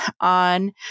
on